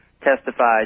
testified